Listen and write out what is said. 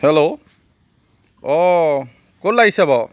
hello অঁ ক'ত লাগিছে বাৰু